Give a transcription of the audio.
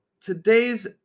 today's